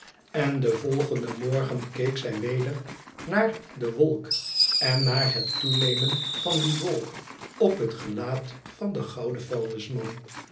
n den volgenden morgen keek zij weder naar de wolk en naar het toenemen van die wolk op het gelaat van den gouden vuilnisman